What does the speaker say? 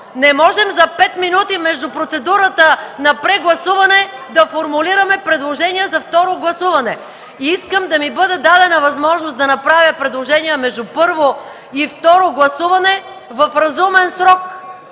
Не можем за 5 минути между процедурата на прегласуване да формулираме предложения за второ гласуване. Искам да ми бъде дадена възможност да направя предложение между първо и второ гласуване в разумен срок,